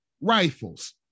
rifles